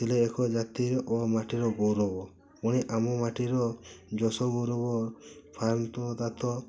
ଥିଲେ ଏକ ଜାତିର ଓ ମାଟିର ଗୌରବ ପୁଣି ଆମ ମାଟିର ଯଶ ଗୌରବ ଦାତ